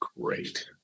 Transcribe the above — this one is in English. great